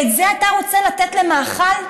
את זה אתה רוצה לתת למאכל?